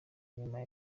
nyuma